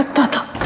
but